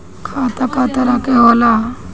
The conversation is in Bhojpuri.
खाता क तरह के होला?